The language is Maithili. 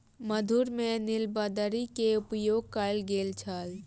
मधुर में नीलबदरी के उपयोग कयल गेल छल